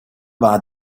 war